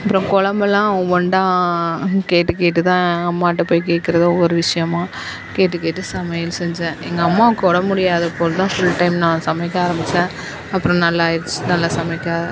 அப்புறம் குழம்பெல்லாம் ஒன்டா கேட்டு கேட்டுதான் அம்மாகிட்டப் போய் கேட்குறதோ ஒவ்வொரு விஷயமா கேட்டு கேட்டு சமையல் செஞ்சேன் எங்கள் அம்மாவுக்கு உடம்பு முடியாதப்போதுதான் ஃபுல் டைம் நான் சமைக்க ஆரம்பித்தேன் அப்புறம் நல்லாயிடுச்சு நல்லா சமைக்க